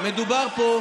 מדובר פה,